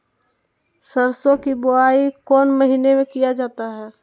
सरसो की बोआई कौन महीने में किया जाता है?